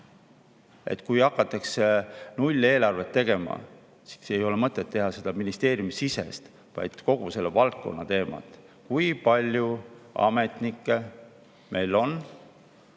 Kui hakatakse nulleelarvet tegema, siis ei ole mõtet teha seda ministeeriumisiseselt, vaid kogu selles valdkonnas. Kui palju ametnikke meil on